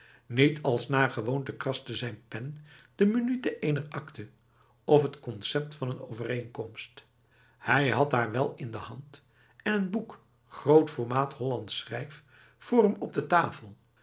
niet als naar gewoonte kraste zijn pen de minute ener akte of het concept van een overeenkomst hij had haar wel in de hand en een boek groot formaat hollands schrijf voor hem op de tafel